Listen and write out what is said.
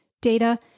data